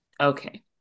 Okay